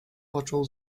począł